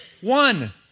One